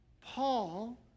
Paul